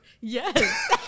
Yes